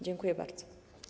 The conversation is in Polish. Dziękuję bardzo.